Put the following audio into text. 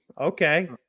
okay